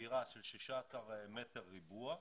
דירה של 16 מטר רבוע,